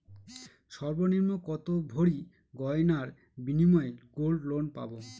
সর্বনিম্ন কত ভরি গয়নার বিনিময়ে গোল্ড লোন পাব?